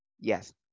yes